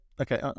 Okay